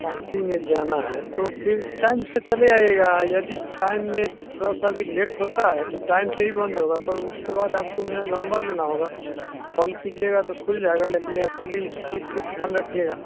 party में जाना है तो फिर टाइम से चले आइएगा यदि टाइम में थोड़ा सा भी लेट होता है तो टाइम पर ही बंद होगा पर उसके बाद आपको मेरा नंबर लेना होगा कॉल कीजिएगा तो खुल जाएगा लेकिन एक्चुअली इस चीज़ का ध्यान रखिएगा